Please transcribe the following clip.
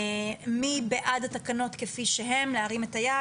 מי בעד התקנות כפי שהן, ירים את היד?